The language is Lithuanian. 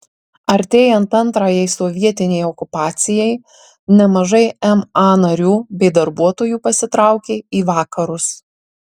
artėjant antrajai sovietinei okupacijai nemažai ma narių bei darbuotojų pasitraukė į vakarus